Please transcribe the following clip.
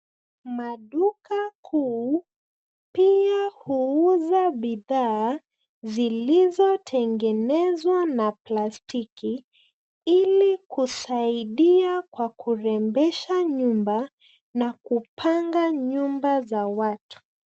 Maduka kuu pia huuza bidhaa zilizotengenezwa na plastiki, ili kusaidia kwa kurembesha nyumba, na kupanga nyumba za watu.